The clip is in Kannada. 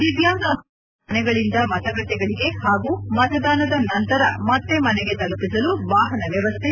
ದಿವ್ಚಾಂಗ ಮತದಾರರನ್ನು ಅವರ ಮನೆಗಳಿಂದ ಮತಗಟ್ಟಿಗಳಿಗೆ ಹಾಗೂ ಮತದಾನದ ನಂತರ ಮತ್ತೆ ಮನೆಗೆ ತಲುಪಿಸಲು ವಾಹನ ವ್ಯವಸ್ಥೆ